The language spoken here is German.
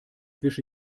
wische